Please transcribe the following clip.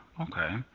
Okay